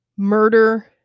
murder